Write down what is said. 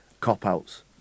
cop-outs